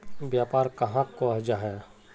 व्यापार कहाक को जाहा?